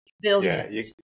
Billions